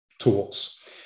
tools